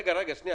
רגע, שנייה.